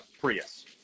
Prius